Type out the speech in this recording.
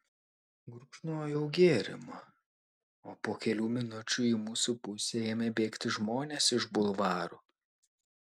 gurkšnojau gėrimą o po kelių minučių į mūsų pusę ėmė bėgti žmonės iš bulvaro